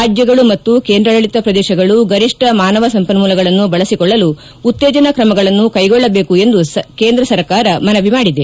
ರಾಜ್ಯಗಳು ಮತ್ತು ಕೇಂದ್ರಾಡಳಿತ ಪ್ರದೇಶಗಳು ಗರಿಷ್ಠ ಮಾನವ ಸಂಪನ್ಮೂಲಗಳನ್ನು ಬಳಸಿಕೊಳ್ಳಲು ಉತ್ತೇಜನ ಕ್ರಮಗಳನ್ನು ಕ್ಟೆಗೊಳ್ಳಬೇಕು ಎಂದು ಕೇಂದ್ರ ಸರ್ಕಾರ ಮನವಿ ಮಾಡಿದೆ